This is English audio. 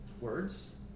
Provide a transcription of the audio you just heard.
words